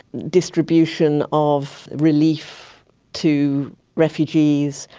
distribution of relief to refugees,